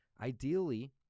Ideally